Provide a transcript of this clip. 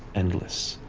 endless,